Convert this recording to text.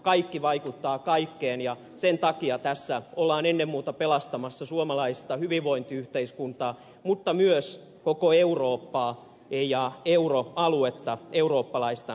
kaikki vaikuttaa kaikkeen ja sen takia tässä ollaan ennen muuta pelastamassa suomalaista hyvinvointiyhteiskuntaa mutta myös koko eurooppaa ja euroaluetta eurooppalaista kilpailukykyä